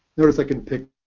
notice i could pick